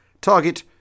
Target